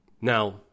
Now